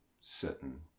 certain